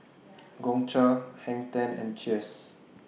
Gongcha Hang ten and Cheers